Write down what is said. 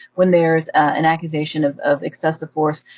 when there's an accusation of of excessive force,